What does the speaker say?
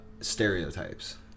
stereotypes